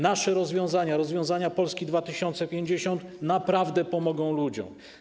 Nasze rozwiązania, rozwiązania Polski 2050 naprawdę pomogą ludziom.